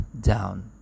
down